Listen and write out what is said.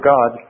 God